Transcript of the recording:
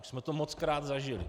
Už jsme to mockrát zažili.